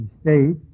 State